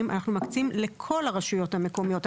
אנחנו מקצים לכל הרשויות המקומיות.